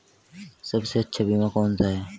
सबसे अच्छा बीमा कौन सा है?